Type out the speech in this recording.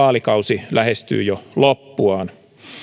vaalikausi lähestyy jo loppuaan